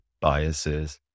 biases